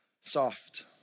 soft